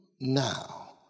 now